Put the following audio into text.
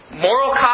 moral